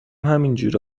همینجوره